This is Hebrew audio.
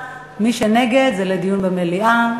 ומי שנגד זה לדון במליאה.